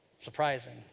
Surprising